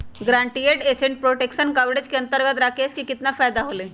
Guaranteed asset protection coverage के अंतर्गत राकेश के कितना फायदा होलय?